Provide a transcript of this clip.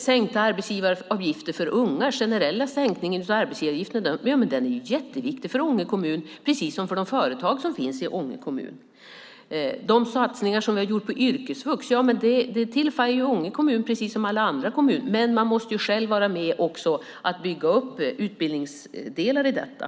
Sänkta arbetsgivaravgifter för unga och den generella sänkningen av arbetsgivaravgiften är jätteviktig för Ånge kommun, precis som för de företag som finns i Ånge kommun. De satsningar som vi har gjort på yrkesvux tillfaller Ånge kommun precis som alla andra kommuner. Men man måste själv vara med och bygga upp utbildningsdelar i detta.